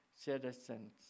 citizens